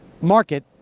market